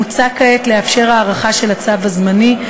מוצע כעת לאפשר הארכה של הצו הזמני,